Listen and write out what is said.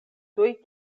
tuj